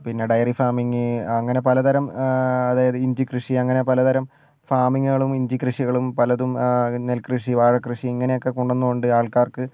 പിന്നെ dairy farming അങ്ങനെ പലതരം അതായത് ഇഞ്ചിക്കൃഷി അങ്ങനെ പലതരം ഫാമിങുകളും ഇഞ്ചിക്കൃഷികളും പലതും നെൽക്കൃഷി വാഴക്കൃഷി ഇങ്ങനെ ഒക്കെ കൊണ്ടുവന്നതുകൊണ്ട് ആൾക്കാർക്ക്